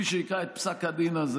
מי שיקרא את פסק הדין הזה,